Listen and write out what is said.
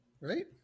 right